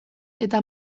eta